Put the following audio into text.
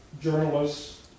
journalists